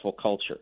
culture